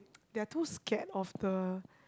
they are too scared of the